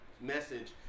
message